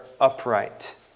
upright